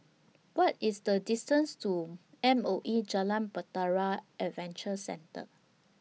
What IS The distance to M O E Jalan Bahtera Adventure Centre